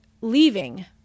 leaving